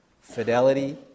fidelity